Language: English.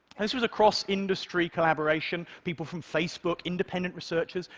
this was a cross-industry collaboration people from facebook, independent researchers,